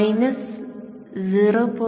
minus 0